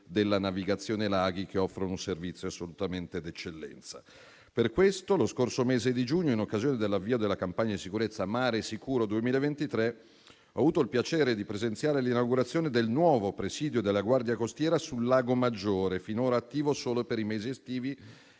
della navigazione laghi, che offrono un servizio assolutamente di eccellenza. Per questo lo scorso mese di giugno, in occasione dell'avvio della campagna di sicurezza Mare sicuro 2023, ho avuto il piacere di presenziare all'inaugurazione del nuovo presidio della Guardia costiera sul lago Maggiore, finora attivo solo per i mesi estivi,